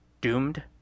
Doomed